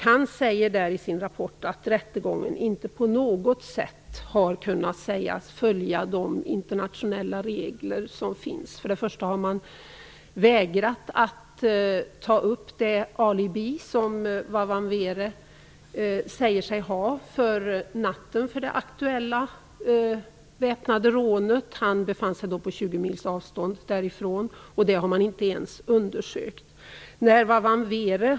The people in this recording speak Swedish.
Han säger i rapporten att rättegången inte på något sätt har kunnat sägas följa de internationella regler som finns. Först och främst har man vägrat att ta upp det alibi som Wa Wamwere säger sig ha för natten för det aktuella väpnade rånet. Han befann sig då på 20 mils avstånd från stället. Man har inte ens undersökt det alibit.